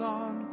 on